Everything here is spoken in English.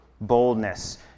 boldness